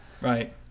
Right